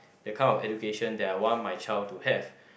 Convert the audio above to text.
that kind of education that I want my child to have